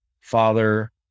father